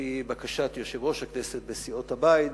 על-פי בקשת יושב-ראש הכנסת וסיעות הבית,